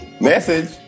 message